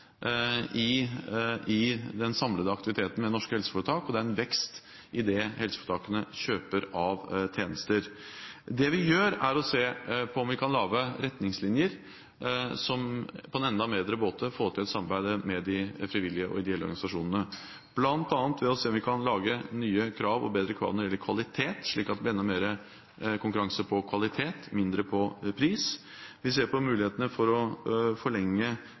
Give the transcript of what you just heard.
i den samlede aktiviteten ved norske helseforetak, og det er en vekst i det helseforetakene kjøper av tjenester. Det vi gjør, er å se på om vi kan lage retningslinjer for på en enda bedre måte å få til et samarbeid med de frivillige og de ideelle organisasjonene, bl.a. ved å se på om vi kan lage nye og bedre krav når det gjelder kvalitet, slik at det blir enda mer konkurranse på kvalitet – mindre på pris. Vi ser på mulighetene for å forlenge